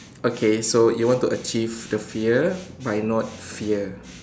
okay so you want to achieve the fear by not fear